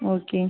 okay